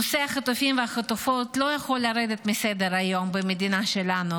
נושא החטופים והחטופות לא יכול לרדת מסדר-היום במדינה שלנו,